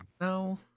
No